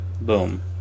Boom